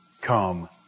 come